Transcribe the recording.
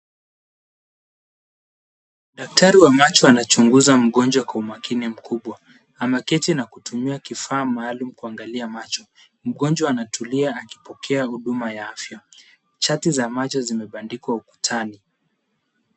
Daktari wa macho anachunguza mgonjwa kwa umakini mkubwa. Anaketi na kutumia kifaa maalum kuangalia macho. Mgonjwa anatulia akipokea huduma ya afya. Chati za macho zimebandikwa ukutani.